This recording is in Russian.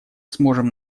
сможем